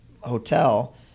hotel